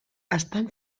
estan